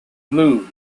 blue